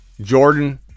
Jordan